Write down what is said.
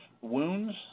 wounds